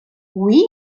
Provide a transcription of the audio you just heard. oui